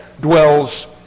dwells